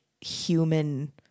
human